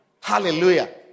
Hallelujah